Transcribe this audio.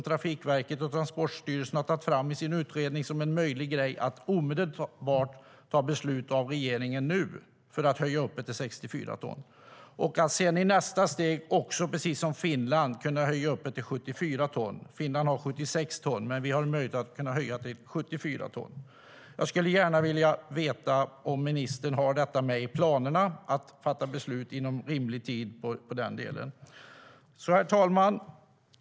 Trafikverket och Transportstyrelsen har i sin utredning tagit fram att det är möjligt för regeringen att omedelbart fatta beslut om att höja till 64 ton. Herr talman!